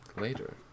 later